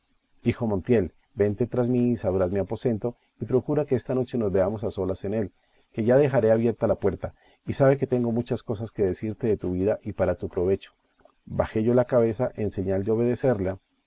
hijo montiel vente tras mí y sabrás mi aposento y procura que esta noche nos veamos a solas en él que yo dejaré abierta la puerta y sabe que tengo muchas cosas que decirte de tu vida y para tu provecho bajé yo la cabeza en señal de obedecerla